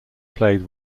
played